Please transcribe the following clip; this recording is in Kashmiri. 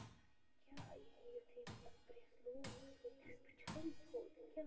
کیٛاہ ہے یُتھٕے مےٚ تتھ پرٛٮ۪س لوگ تتھ ووٚتھ نٮ۪صفہٕ چھلٕے تھوٚد کیٛاہ